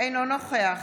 אינו נוכח